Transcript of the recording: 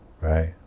Right